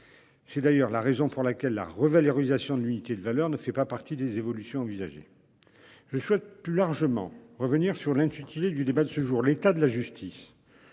C'est d'ailleurs la raison pour laquelle la revalorisation de l'unité de valeur ne fait pas partie des évolutions envisagées. Je souhaite plus largement revenir sur l'intitulé du débat de ce jour : l'état de la justice